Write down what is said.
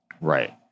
Right